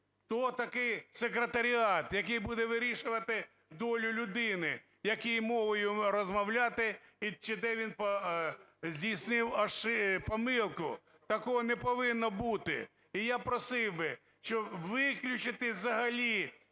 Хто такий секретаріат, який буде вирішувати долю людини, якою мовою розмовляти, і де він здійснив помилку. Такого не повинно бути. І я просив би виключити взагалі